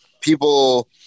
people